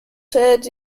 shared